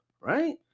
right